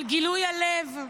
על גילוי הלב,